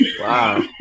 Wow